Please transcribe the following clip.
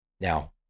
now